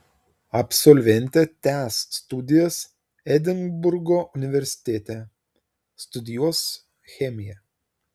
absolventė tęs studijas edinburgo universitete studijuos chemiją